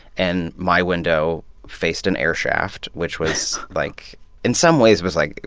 and my window faced an air shaft, which was, like in some ways, it was, like,